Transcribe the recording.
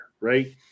right